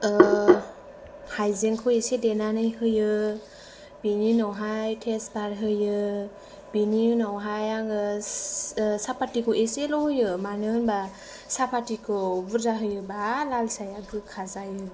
हायजेंखौ एसे देनानै होयो बेनि उनावहाय थेसपात होयो बेनि उनावहाय आङो सापातिखौ एसेल' होयो मानो होनबा सापातिखौ बुरजा होयोब्ला लाल साया गोखा जायो